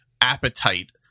appetite